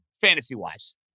fantasy-wise